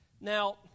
Now